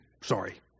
sorry